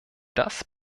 das